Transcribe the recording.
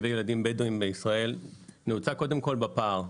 וילדים בדווים בישראל נעוצה בפער.